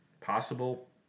Possible